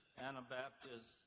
Anabaptists